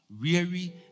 weary